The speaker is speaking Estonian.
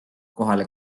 kohale